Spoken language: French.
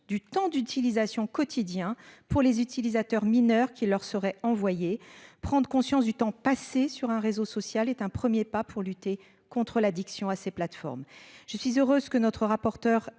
du temps d'utilisation quotidien pour les utilisateurs mineurs qui leur seraient envoyés prendre conscience du temps passé sur un réseau social est un 1er pas pour lutter contre l'addiction à ces plateformes. Je suis heureuse que notre rapporteur